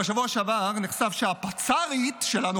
בשבוע שעבר נחשף שהפצ"רית שלנו,